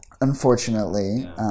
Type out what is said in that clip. Unfortunately